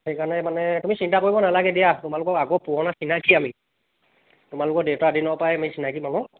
সেইকাৰণ মানে তুমি চিন্তা কৰিব নালাগে দিয়া তোমালোকৰ আগৰ পুৰণা চিনাকি আমি তোমালোকৰ দেউতা দিনৰ পৰাই আমি চিনাকী মানুহ